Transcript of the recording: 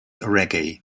reggae